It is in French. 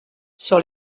sur